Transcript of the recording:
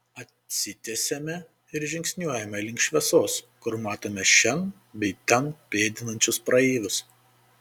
atsitiesiame ir žingsniuojame link šviesos kur matome šen bei ten pėdinančius praeivius